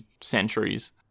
centuries